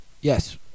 Yes